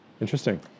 Interesting